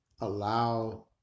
allow